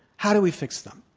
how do we fix them?